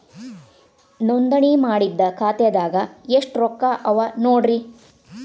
ನೋಂದಣಿ ಮಾಡಿದ್ದ ಖಾತೆದಾಗ್ ಎಷ್ಟು ರೊಕ್ಕಾ ಅವ ನೋಡ್ರಿ